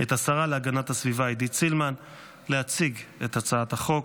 את השרה להגנת הסביבה עידית סילמן להציג את הצעת החוק.